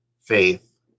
faith